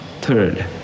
Third